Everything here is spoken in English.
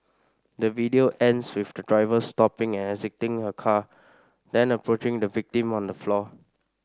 the video ends with the driver stopping and exiting her car then approaching the victim on the floor